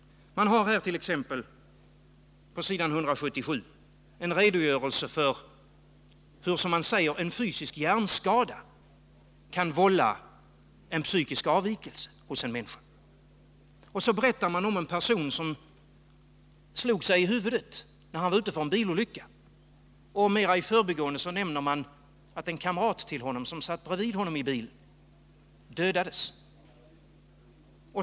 Man har t.ex. på s. 177 en redogörelse för hur, som man säger, en fysisk hjärnskada kan vålla en psykisk avvikelse hos en människa. Så berättar man om en person som slog sig i huvudet när har var utsatt för en bilolycka. Mera i förbigående nämner man att en kamrat till honom, som satt bredvid honom i bilen, dödades.